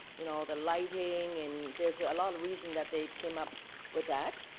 you know the lighting and there's a lot of reason that they came up with that.